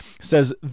says